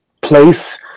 place